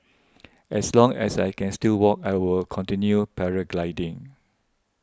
as long as I can still walk I will continue paragliding